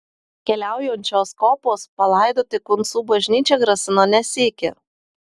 keliaujančios kopos palaidoti kuncų bažnyčią grasino ne sykį